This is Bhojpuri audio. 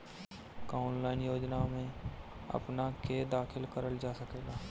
का ऑनलाइन योजनाओ में अपना के दाखिल करल जा सकेला?